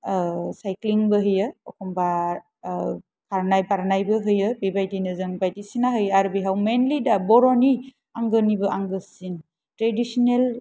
साइक्लिंबो होयो अखनबा खारनाय बारनायबो होयो बेबायदिनो जों बायदिसिना होयो आरो बेवहाय मेनलि दा बर'नि आंगोनिबो आंगोसिन ट्रेडिसनेल